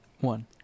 One